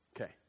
Okay